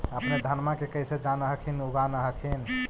अपने धनमा के कैसे जान हखिन की उगा न हखिन?